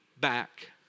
back